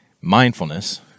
mindfulness